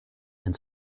and